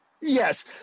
Yes